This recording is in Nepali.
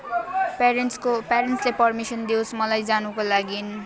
पेरेन्ट्सको पेरेन्ट्सले पर्मिसन दियोस् मलाई जानको लागि